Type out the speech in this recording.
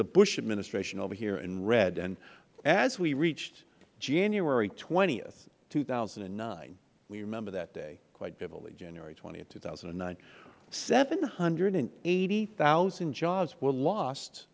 the bush administration over here in red and as we reached january twenty two thousand and nine we remember that day quite vividly january twenty two thousand and nine seven hundred and eighty thousand jobs were lost